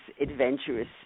adventurous